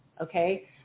okay